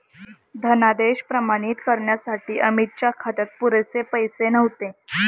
धनादेश प्रमाणित करण्यासाठी अमितच्या खात्यात पुरेसे पैसे नव्हते